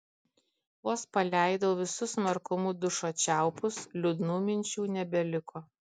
vos paleidau visu smarkumu dušo čiaupus liūdnų minčių nebeliko